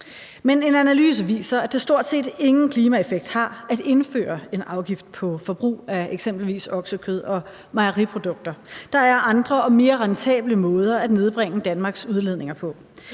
Men en analyse viser, at det stort set ingen klimaeffekt har at indføre en afgift på forbrug af eksempelvis oksekød og mejeriprodukter. Der er andre og mere rentable måder at nedbringe Danmarks udledninger på.